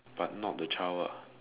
but not the child what